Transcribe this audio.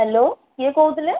hello କିଏ କହୁଥିଲେ